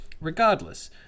regardless